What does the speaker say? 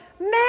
man